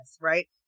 Right